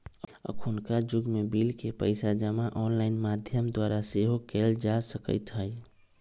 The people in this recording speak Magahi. अखुन्का जुग में बिल के पइसा जमा ऑनलाइन माध्यम द्वारा सेहो कयल जा सकइत हइ